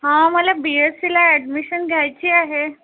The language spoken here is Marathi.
हा मला बी एस्सीला ॲडमिशन घ्यायची आहे